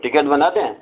ticket بنا دیں